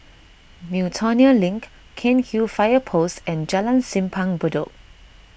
Miltonia Link Cairnhill Fire Post and Jalan Simpang Bedok